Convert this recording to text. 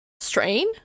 Strain